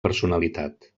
personalitat